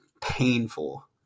painful